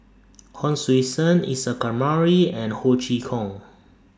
Hon Sui Sen Isa Kamari and Ho Chee Kong